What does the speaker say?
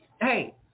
hey